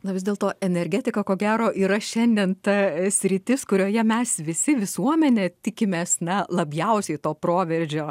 na vis dėlto energetika ko gero yra šiandien ta sritis kurioje mes visi visuomenė tikimės na labiausiai to proveržio